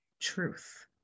truth